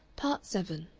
part seven